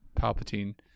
Palpatine